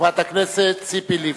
חברת הכנסת ציפי לבני.